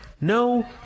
No